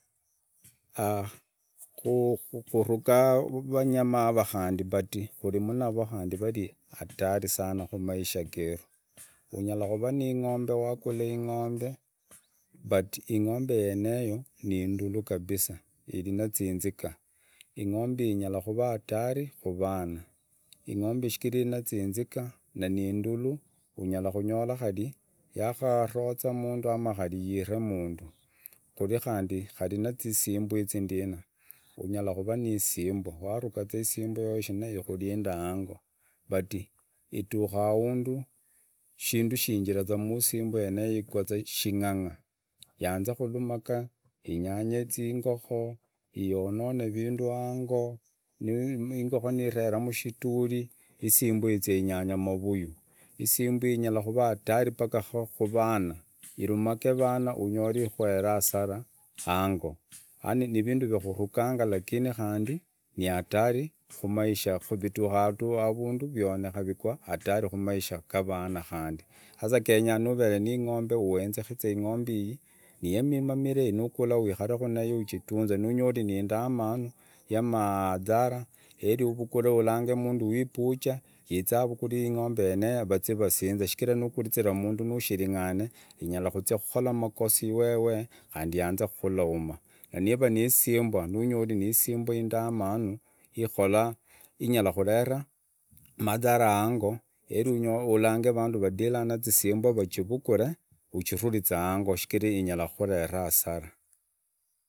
kuragaa vanyama khandi badi kurinaro wari hatari sana kumaisha keru unyalanura ni ingombe wagula ingombe wagula ingombe but ingombe yeneyo niindula kabisa irii na zinziga ingombe ii inyara huvaa hatari huvanaa ingombe shichira iveena zinziga niindulu unyala nunyora yaharoza mundu khari lire mundu. Kuri handi na zisimwa izi ndina. unyala kuvaa niisimbwa. waruga za isimbwa yoyo za vulai ya kuwurindira aango bati iduka arundu. shindu shinchira mwisimbwa yeneyo shigwa shing’ang’a yaanza hulumaga inyany zingokoo. ionone vindu gango niva ingokoo iveri mshidukuu isimbwa izia inyanga maruyu. Isimbwa inyanakuvaa hatari mpaka kuvaana irumage rana unyore imueree asara ango yani ni vindu vya hurukanga lanini khandi ni hatari kumaisha viduna arundu vionena rigwa hatari humaisha gavana khandi sasa genya nurere niing’embe uenzemze ingombe ii niyamimamira nuuvuhula uiharehu nayo ujitunze nunyori niindamanu, yamaathara uirukule urange mundu wi butcher ize avuhure ing’mbe yeneyo vazie vasinze shichira nugurizire mundu nushiring’ane inyara kuzihukora magoso iweneo khadhi yanze humulauma naniiva nisimbwa indamanu inyarakurera malhara aango heri urange vandu vadilanga na zisimbwa rajivukule ujirurize aango shichira inyara huhurera asara.